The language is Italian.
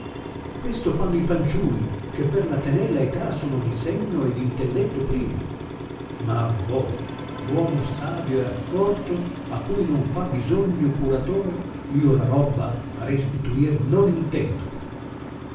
questo fanno i fanciulli che per la tenella età sono di senno e d intelletto privi ma a voi uomo savio e accorto a cui non fa bisogno curatore io la robba restituir non intendo